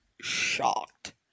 shocked